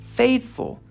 faithful